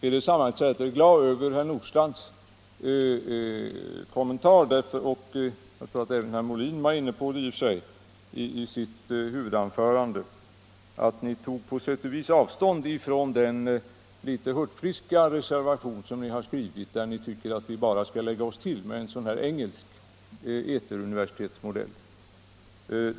Jag är glad över herr Nordstrandhs kommentar — och jag tror att herr Molin även var inne på samma sak — i sitt huvudanförande. Ni tog båda på sätt och vis avstånd från er litet hurtfriska reservation där ni säger att vi bör lägga oss till med en engelsk eteruniversitetsmodell.